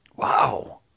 Wow